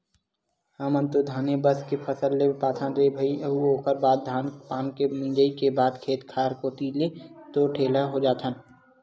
हमन तो धाने बस के फसल ले पाथन रे भई ओखर बाद धान पान के मिंजई के बाद खेत खार कोती ले तो ठेलहा हो जाथन